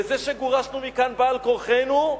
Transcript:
וזה שגורשנו מכאן בעל כורחו,